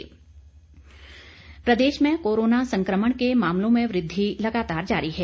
Himachal corona Pradesh में corona संक्रमण के मामलों में वृद्धि लगातार जारी है